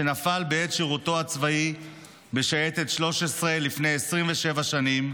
שנפל בעת שירותו הצבאי בשייטת 13 לפני 27 שנים,